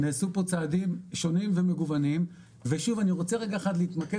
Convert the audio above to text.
נעשו פה צעדים שונים ומגוונים ושוב אני רוצה רגע אחד להתמקד